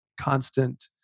constant